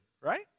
right